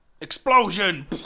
Explosion